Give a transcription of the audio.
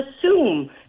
assume